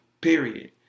Period